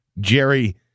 Jerry